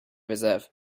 reserve